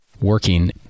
working